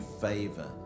favor